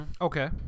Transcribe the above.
Okay